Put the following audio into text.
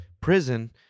Prison